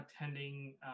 attending